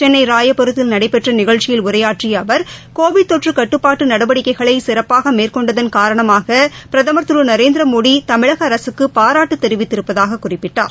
சென்னைராயபுரத்தில் நடைபெற்றநிகழ்ச்சியில் உரையாற்றியஅவர் கோவிட் தொற்றுகட்டுப்பாட்டுநடவடிக்கைகளைசிறப்பாகமேற்கொண்டதன் காரணமாகபிரகமர் திருநரேந்திரமோடிதமிழகஅரசுக்குபாராட்டுதெரிவித்திருப்பதாககுறிப்பிட்டார்